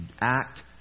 act